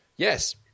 Yes